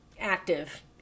active